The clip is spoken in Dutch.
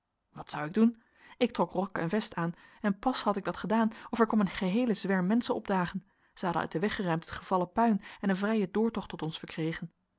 wat zou ik doen ik trok rok en vest aan en pas had ik dat gedaan of er kwam een geheele zwerm menschen opdagen zij hadden uit den weg geruimd het gevallen puin en een vrijen doortocht tot ons verkregen